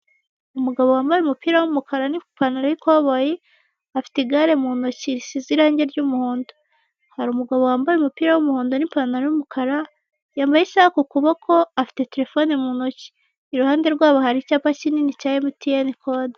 Umugabo wambaye umupira w'umukara n'ipantalo y'ikoboyi afite igare mu ntoki risize ibara ry'umuhondo, hari umugabo wambaye umupira w'umuhondo n'ipatantalo y'umukara yambaye isaha ku kuboko afite telefone mu ntoki, iruhande rwabo hari icyapa kini cya MTN Code.